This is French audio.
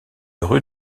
rue